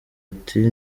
ati